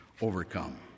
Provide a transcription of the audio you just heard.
overcome